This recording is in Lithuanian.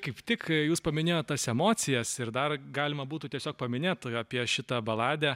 kaip tik jūs paminėjot tas emocijas ir dar galima būtų tiesiog paminėt apie šitą baladę